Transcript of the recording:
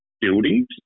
buildings